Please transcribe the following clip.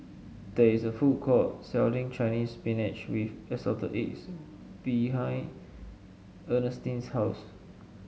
there is a food court selling Chinese Spinach with Assorted Eggs behind Ernestine's house